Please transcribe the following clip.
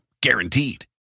Guaranteed